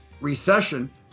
recession